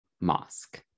Mosque